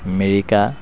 মেৰিকা